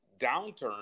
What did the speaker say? downturn